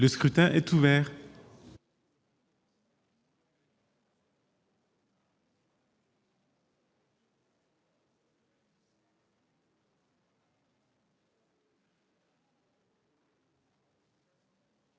Le scrutin est ouvert.